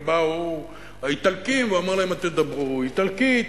ובאו האיטלקים והוא אמר להם: תדברו איטלקית.